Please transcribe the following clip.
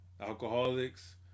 Alcoholics